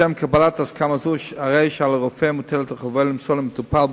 לשם קבלת הסכמה זו מוטלת על הרופא החובה למסור למטופל,